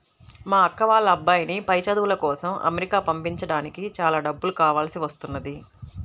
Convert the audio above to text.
మా అక్క వాళ్ళ అబ్బాయిని పై చదువుల కోసం అమెరికా పంపించడానికి చాలా డబ్బులు కావాల్సి వస్తున్నది